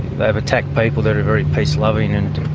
they've attacked people that are very peace-loving and,